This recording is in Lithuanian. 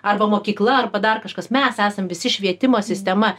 arba mokykla arba dar kažkas mes esam visi švietimo sistema